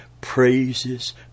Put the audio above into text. praises